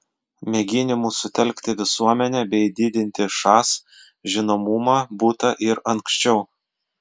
mėginimų sutelkti visuomenę bei didinti šas žinomumą būta ir anksčiau